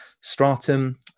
stratum